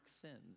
sins